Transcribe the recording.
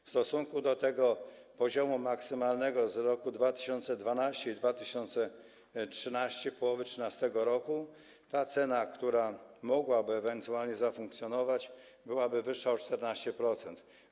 W stosunku do tego poziomu maksymalnego z 2012 r. i 2013 r., połowy 2013 r., ta cena, która mogłaby ewentualnie zafunkcjonować, byłaby wyższa o 14%.